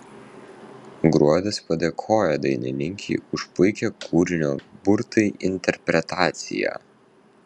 gruodis padėkojo dainininkei už puikią kūrinio burtai interpretaciją